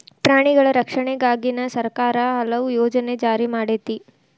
ಪ್ರಾಣಿಗಳ ರಕ್ಷಣೆಗಾಗಿನ ಸರ್ಕಾರಾ ಹಲವು ಯೋಜನೆ ಜಾರಿ ಮಾಡೆತಿ